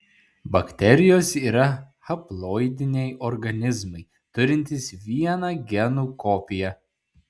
bakterijos yra haploidiniai organizmai turintys vieną genų kopiją